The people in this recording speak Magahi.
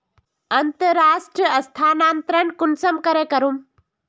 अंतर्राष्टीय स्थानंतरण कुंसम करे करूम?